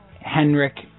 Henrik